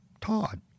Todd